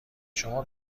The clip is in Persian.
شما